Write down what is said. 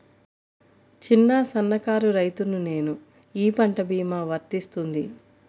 చిన్న సన్న కారు రైతును నేను ఈ పంట భీమా వర్తిస్తుంది?